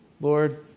Lord